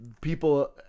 people